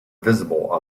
visible